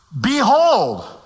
Behold